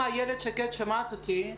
אם איילת שקד שומעת אותי,